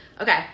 Okay